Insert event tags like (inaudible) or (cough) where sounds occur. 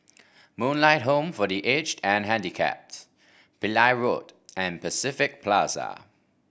Moonlight Home for The Aged and Handicapped Pillai Road and Pacific (noise) Plaza